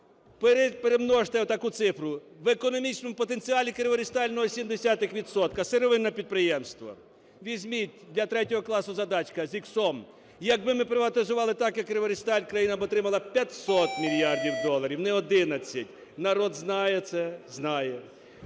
Перемножте отаку цифру: в економічному потенціалі "Криворіжсталь" – 0,7 відсотка, сировинне підприємство. Візьміть, для третього класу задачка з іксом. Якби ми приватизували так, як "Криворіжсталь", країна б отримала 500 мільярдів доларів, не 11. Народ знає це? Знає.